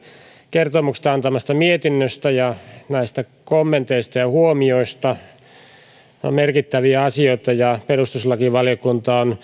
kertomuksesta antamastaan mietinnöstä ja näistä kommenteista ja huomioista ne ovat merkittäviä asioita ja perustuslakivaliokunta on